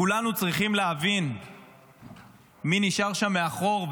כולנו צריכים להבין מי נשאר שם מאחור,